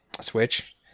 Switch